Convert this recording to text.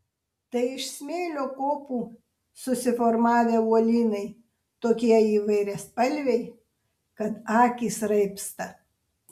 tai iš smėlio kopų susiformavę uolynai tokie įvairiaspalviai kad akys raibsta